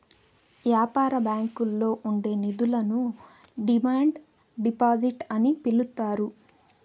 యాపార బ్యాంకుల్లో ఉండే నిధులను డిమాండ్ డిపాజిట్ అని పిలుత్తారు